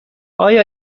آیا